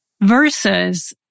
versus